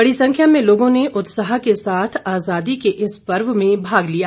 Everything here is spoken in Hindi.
बड़ी संख्या में लोगों ने उत्साह के साथ आजादी के इस पर्व में भाग लिया